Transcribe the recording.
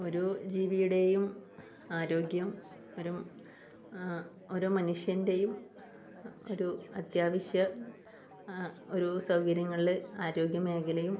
ഒരു ജീവിയുടെയും ആരോഗ്യം ഒരു ഓരോ മനുഷ്യൻ്റെയും ഒരു അത്യാവശ്യ ഒരു സൗകര്യങ്ങളിൽ ആരോഗ്യ മേഖലയും